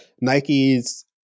Nike's